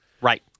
Right